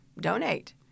donate